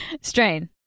Strain